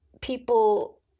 people